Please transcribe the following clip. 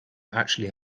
actually